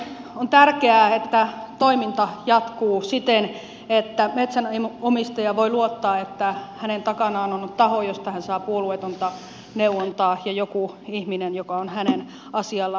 on tärkeää että toiminta jatkuu siten että metsänomistaja voi luottaa että hänen takanaan on taho josta hän saa puolueetonta neuvontaa ja joku ihminen joka on hänen asiallaan